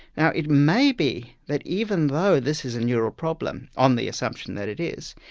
now it may be that even though this is a neural problem, on the assumption that it is,